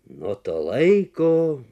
nuo to laiko